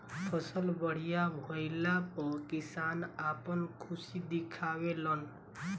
फसल बढ़िया भइला पअ किसान आपन खुशी दिखावे लन